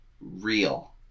Real